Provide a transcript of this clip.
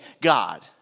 God